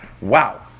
wow